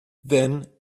then